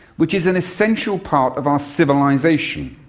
which is an essential part of our civilisation.